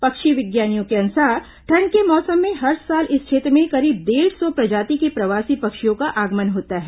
पक्षी विज्ञानियों के अुनसार ठंड के मौसम में हर साल इस क्षेत्र में करीब डेढ़ सौ प्रजाति के प्रवासी पक्षियों का आगमन होता है